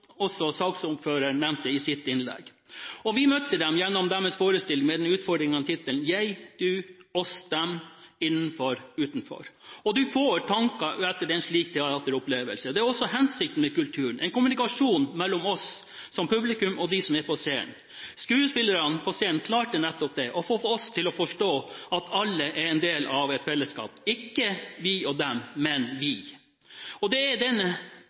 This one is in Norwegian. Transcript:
også saksordføreren nevnte i sitt innlegg. Vi møtte dem gjennom deres forestilling med den utfordrende tittelen «Du–jeg, oss–dem, innenfor–utenfor». Du får tanker etter en slik teateropplevelse, og det er jo også hensikten med kulturen: en kommunikasjon mellom oss som publikum og dem som er på scenen. Skuespillerne på scenen klarte nettopp det, å få oss til å forstå at vi alle er en del av et fellesskap – ikke vi og dem, men vi. Det er